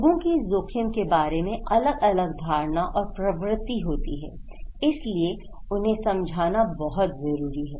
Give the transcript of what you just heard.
लोगों की जोखिम के बारे में अलग अलग धारणा और प्रवृत्ति होती है इसलिए उन्हें समझाना बहुत जरूरी है